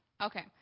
Okay